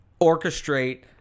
orchestrate